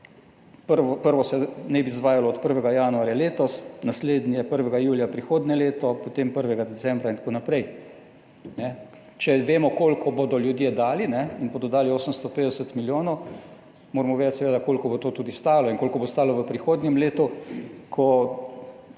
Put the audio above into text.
Prvo se naj bi izvajalo od 1. januarja letos, naslednje 1. julija prihodnje leto, potem 1. decembra in tako naprej. Če vemo koliko bodo ljudje dali in bodo dali, 850 milijonov moramo vedeti seveda koliko bo to tudi stalo in koliko bo stalo v prihodnjem letu,